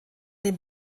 dem